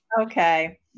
Okay